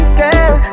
girl